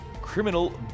criminal